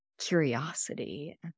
Curiosity